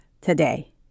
today